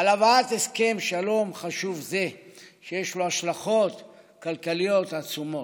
על הבאת הסכם שלום חשוב זה שיש לו השלכות כלכליות עצומות.